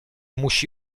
musi